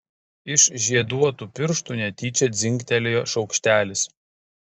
iš žieduotų pirštų netyčia dzingtelėjo šaukštelis